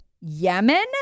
Yemen